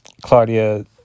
Claudia